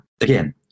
again